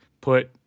put